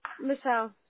Michelle